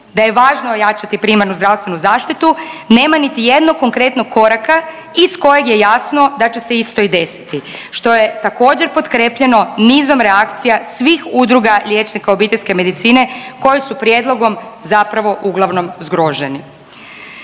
da je važno ojačati primarnu zdravstvenu zaštitu nema niti jednog konkretnog koraka iz kojeg je jasno da će se isto i desiti što je također potkrijepljeno nizom reakcija svih udruga liječnika obiteljske medicine koji su prijedlogom zapravo uglavnom zgroženi.